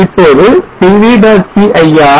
இப்போது pv